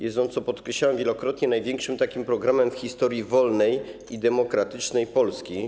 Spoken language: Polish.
Jest on, co podkreślałem wielokrotnie, największym takim programem w historii wolnej i demokratycznej Polski.